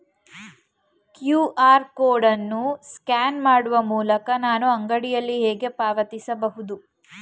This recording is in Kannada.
ಕ್ಯೂ.ಆರ್ ಕೋಡ್ ಅನ್ನು ಸ್ಕ್ಯಾನ್ ಮಾಡುವ ಮೂಲಕ ನಾನು ಅಂಗಡಿಯಲ್ಲಿ ಹೇಗೆ ಪಾವತಿಸಬಹುದು?